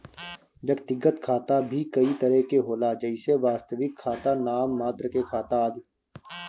व्यक्तिगत खाता भी कई तरह के होला जइसे वास्तविक खाता, नाम मात्र के खाता आदि